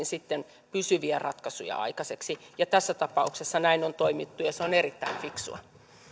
sitten pysyviä ratkaisuja aikaiseksi tässä tapauksessa näin on toimittu ja se on erittäin fiksua